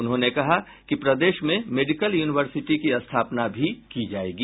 उन्होंने कहा कि प्रदेश में मेडिकल यूनिवर्सिटी की स्थापना की जाएगी